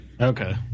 Okay